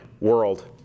world